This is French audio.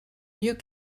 mieux